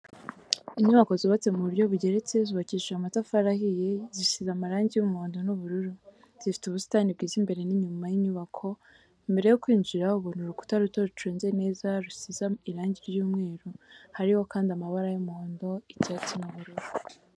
Inyubako zubatse mu buryo bugeretse zubakishije amatafari ahiye zisize amarangi y'umuhondo n'ubururu, zifite ubusitani bwiza imbere n'inyuma y'inyubako, mbere yo kwinjira ubona urukuta ruto ruconze neza rusize irangi ry'umweru, hariho kandi amabara y'umuhondo icyatsi n'ubururu.